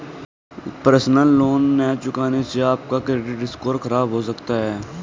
personal loan न चुकाने से आप का क्रेडिट स्कोर खराब हो सकता है